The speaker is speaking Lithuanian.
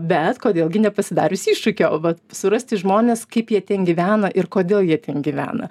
bet kodėl gi nepasidarius iššūkio o va surasti žmones kaip jie ten gyvena ir kodėl jie ten gyvena